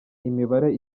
imibare